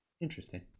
Interesting